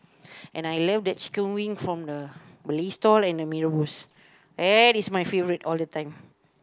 and I love that chicken wing from the Malay stall and the mee-rebus that is my favourite all the time